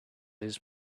his